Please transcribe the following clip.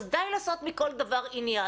אז די לעשות מכל דבר עניין,